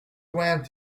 went